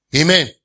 Amen